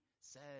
says